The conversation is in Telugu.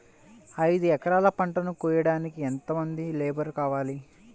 ఐదు ఎకరాల పంటను కోయడానికి యెంత మంది లేబరు కావాలి?